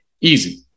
Easy